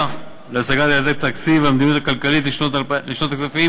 להשגת יעדי התקציב והמדיניות הכלכלי לשנות הכספים